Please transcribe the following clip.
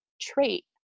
trait